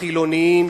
החילונים,